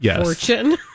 fortune